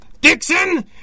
Dixon